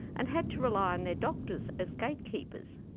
and had to rely on their doctors as gatekeepers.